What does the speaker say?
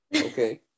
Okay